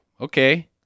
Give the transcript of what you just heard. okay